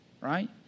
right